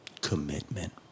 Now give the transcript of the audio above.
commitment